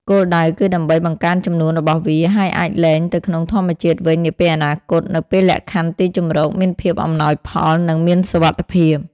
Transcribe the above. គោលដៅគឺដើម្បីបង្កើនចំនួនរបស់វា ហើយអាចលែងទៅក្នុងធម្មជាតិវិញនាពេលអនាគត នៅពេលលក្ខខណ្ឌទីជម្រកមានភាពអំណោយផល និងមានសុវត្ថិភាព។